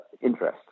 interest